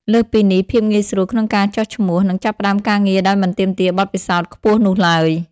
លើសពីនេះ ភាពងាយស្រួលក្នុងការចុះឈ្មោះ និងចាប់ផ្តើមការងារដោយមិនទាមទារបទពិសោធន៍ខ្ពស់នោះឡើយ។